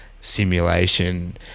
simulation